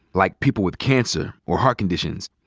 like people with cancer or heart conditions.